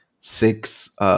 six